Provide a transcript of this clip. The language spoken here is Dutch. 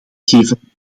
geven